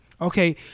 Okay